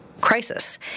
crisis